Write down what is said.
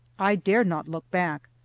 i dared not look back,